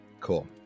Cool